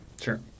Sure